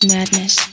Madness